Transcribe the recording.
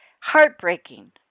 heartbreaking